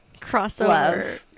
crossover